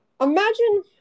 imagine